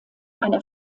einer